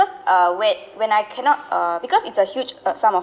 uh wait when I cannot uh because it's a huge sum of